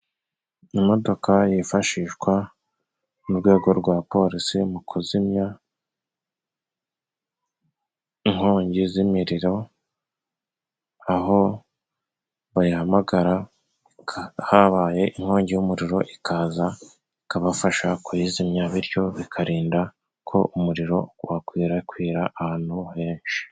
Imodoka yifashishwa mu rwego rwa polisi mu kuzimya inkongi z'imiriro, aho bayihamagara habaye inkongi y'umuriro ikaza ikabafasha kuyizimya, bityo bikarinda ko umuriro wakwirakwira ahantu henshi.